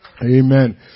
Amen